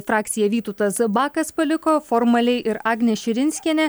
frakciją vytautas bakas paliko formaliai ir agnė širinskienė